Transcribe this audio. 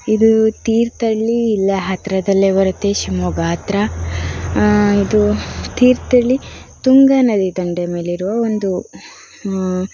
ಇದು ತೀರ್ಥಹಳ್ಳಿ ಇಲ್ಲೇ ಹತ್ತಿರದಲ್ಲೇ ಬರುತ್ತೆ ಈ ಶಿವಮೊಗ್ಗ ಹತ್ತಿರ ಇದು ತೀರ್ಥಹಳ್ಳಿ ತುಂಗಾ ನದಿ ದಂಡೆ ಮೇಲಿರುವ ಒಂದು